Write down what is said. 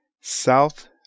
South